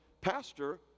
Pastor